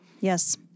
Yes